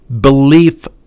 belief